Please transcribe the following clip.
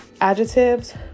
adjectives